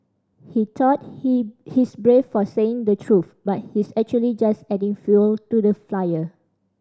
he thought he he's brave for saying the truth but he's actually just adding fuel to the fire